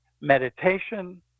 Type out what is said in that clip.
meditation